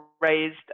raised